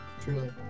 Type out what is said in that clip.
Truly